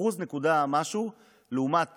כ-1% ומשהו, לעומת